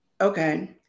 Okay